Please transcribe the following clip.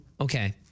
okay